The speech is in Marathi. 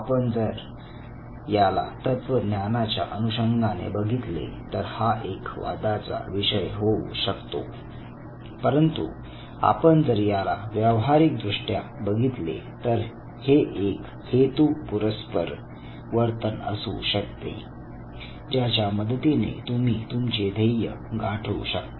आपण जर याला तत्वज्ञानाच्या अनुषंगाने बघितले तर हा एक वादाचा विषय होऊ शकतो परंतु आपण जर याला व्यावहारिक दृष्ट्या बघितले तर हे एक हेतूपुरस्पर वर्तन असू शकते ज्याच्या मदतीने तुम्ही तुमचे ध्येय गाठू शकता